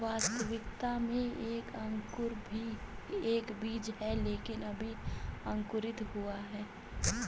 वास्तविकता में एक अंकुर भी एक बीज है लेकिन अभी अंकुरित हुआ है